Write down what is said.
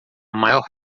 maior